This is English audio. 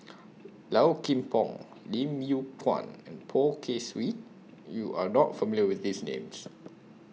Low Kim Pong Lim Yew Kuan and Poh Kay Swee YOU Are not familiar with These Names